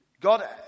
God